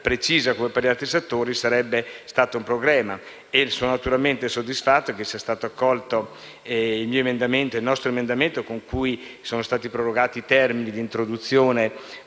precisa come per gli altri settori sarebbe stato un problema e sono naturalmente soddisfatto che sia stato accolto il nostro emendamento, con cui sono stati prorogati i termini di introduzione